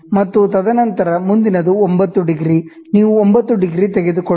ಮತ್ತು ತದನಂತರ ಮುಂದಿನದು 9 ° ನೀವು 9° ತೆಗೆದುಕೊಳ್ಳಿ